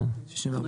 64 צול.